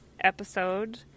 episode